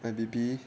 my baby